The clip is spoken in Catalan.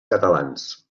catalans